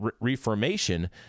reformation